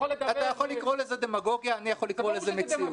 אתה יכול לקרוא לזה "דמגוגיה" אני יכול לקרוא לזה "מציאות".